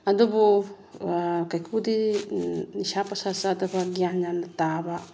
ꯑꯗꯨꯕꯨ ꯀꯥꯏꯀꯨꯗꯤ ꯅꯤꯁꯥ ꯄꯨꯁꯥ ꯆꯥꯗꯕ ꯒ꯭ꯌꯥꯟ ꯌꯥꯝꯅ ꯇꯥꯕ